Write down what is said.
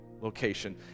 location